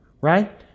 right